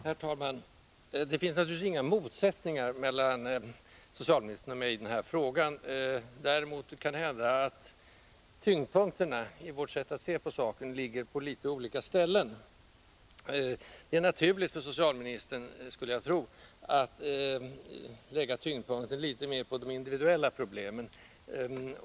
Herr talman! Det finns naturligtvis ingen motsättning mellan socialministern och mig i den här frågan. Däremot kan det hända att tyngdpunkterna i vårt sätt att se på saken ligger på litet olika ställen. Det är naturligt för socialministern, skulle jag tro, att lägga tyngdpunkten litet mer på de individuella problemen.